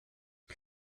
sie